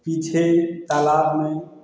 पीछे तालाब में